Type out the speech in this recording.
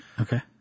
Okay